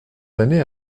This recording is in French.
années